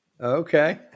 Okay